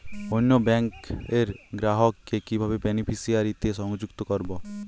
অন্য ব্যাংক র গ্রাহক কে কিভাবে বেনিফিসিয়ারি তে সংযুক্ত করবো?